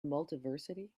multiversity